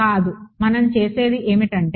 కాదు మనం చేసేది ఏమిటంటే